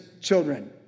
children